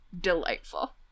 delightful